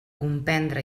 comprendre